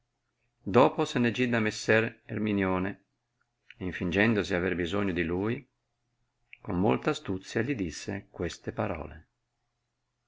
dopo se ne gì da messer erminione ed infingendosi avere bisogno di lui con molta astuzia li disse queste parole